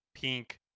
pink